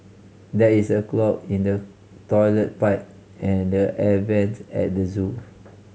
there is a clog in the toilet pipe and the air vents at the zoo